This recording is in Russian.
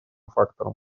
фактором